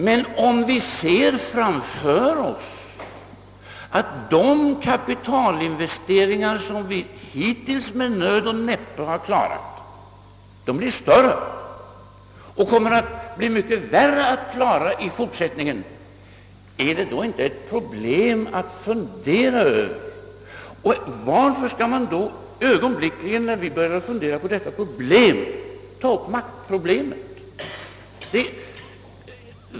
Men om vi ser framför oss att de kapitalinvesteringar som vi hittills med nöd och näppe har klarat blir större och kommer att bli mycket svårare att klara i fortsättningen, är det då inte ett problem att fundera över? Varför skall man då ögonblickligen när vi börjar fundera på detta problem ta upp maktproblemet?